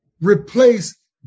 replace